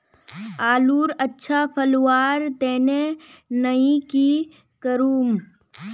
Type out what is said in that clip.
आलूर अच्छा फलवार तने नई की करूम?